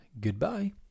goodbye